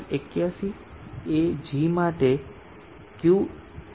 81 એ g માટે Q